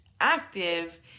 active